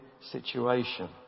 situation